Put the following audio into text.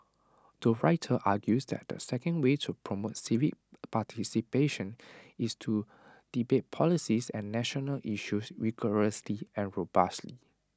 the writer argues that the second way to promote civic participation is to debate policies and national issues rigorously and robustly